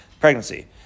pregnancy